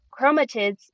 chromatids